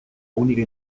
única